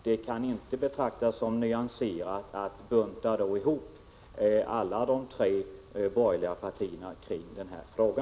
Det kan inte betraktas som nyanserat att bunta ihop alla de tre borgerliga partierna i denna fråga.